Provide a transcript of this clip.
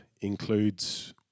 includes